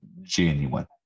genuine